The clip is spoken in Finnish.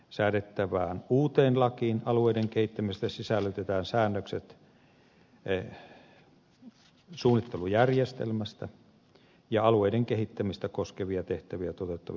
säädettävään uuteen lakiin alueiden kehittämisestä sisällytetään säännökset suunnittelujärjestelmästä ja alueiden kehittämistä koskevia tehtäviä toteuttavista viranomaisista